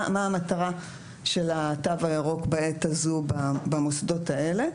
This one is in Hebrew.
מה המטרה של התו הירוק בעת הזו במוסדות האלה.